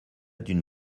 d’une